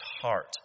heart